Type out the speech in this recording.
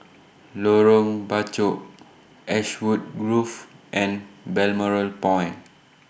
Lorong Bachok Ashwood Grove and Balmoral Point